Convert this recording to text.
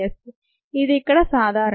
ఇక్కడ ఇది సాధారణం